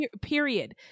period